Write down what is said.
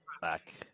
back